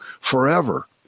forever